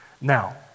Now